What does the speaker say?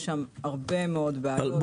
יש שם הרבה מאוד בעיות.